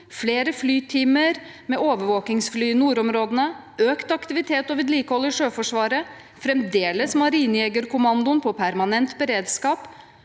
flere flytimer med overvåkingsfly i nordområdene – økt aktivitet og vedlikehold i Sjøforsvaret – Marinejegerkommandoen fremdeles i permanent beredskap